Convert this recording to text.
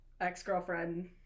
ex-girlfriend